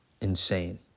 insane